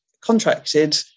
contracted